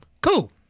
Cool